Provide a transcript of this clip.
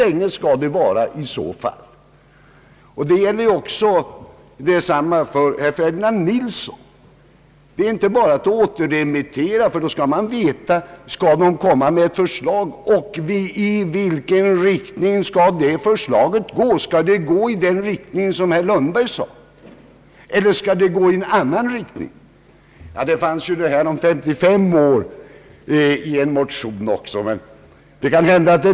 Herr Yngve Persson måste ju ha en egen mening. Detsamma gäller för herr Ferdinand Nilsson. Det går inte för sig att bara återremittera ett ärende. I vilken riktning skall ändringen gå? är avsikten att förvaltningskontoret skall komma med ett förslag i den riktning, som herr Lundberg föreslog? Eller i någon annan riktning? Åldersgränsen 55 år har också nämnts i en motion.